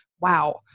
Wow